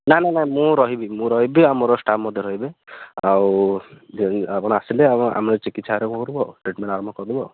ନା ନା ନା ମୁଁ ରହିବି ମୁଁ ରହିବି ଆଉ ମୋର ଷ୍ଟାଫ୍ ମଧ୍ୟ ରହିବେ ଆଉ ଆପଣ ଆସିଲେ ଆମ ଆମେ ଚିକିତ୍ସା ଆରମ୍ଭ କରିବୁ ଆଉ ଟ୍ରିଟମେଣ୍ଟ୍ ଆରମ୍ଭ କରିଦେବୁ ଆଉ